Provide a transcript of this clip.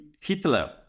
Hitler